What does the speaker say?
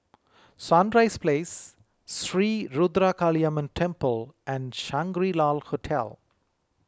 Sunrise Place Sri Ruthra Kaliamman Temple and Shangri La Hotel